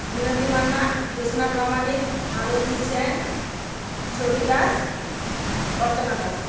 Minati Manna Jyotsna Pramanik Malati Sen Chhabi Das Archana Das